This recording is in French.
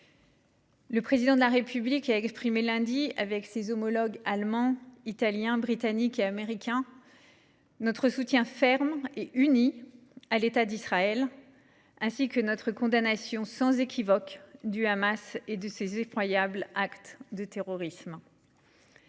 Le Président de la République a exprimé lundi dernier, avec ses homologues allemands, italiens, britanniques et américains, notre soutien ferme et uni à l’État d’Israël, ainsi que notre condamnation sans équivoque du Hamas et de ses effroyables actes de terrorisme.